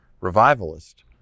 revivalist